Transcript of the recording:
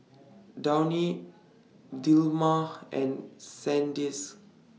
Downy Dilmah and Sandisk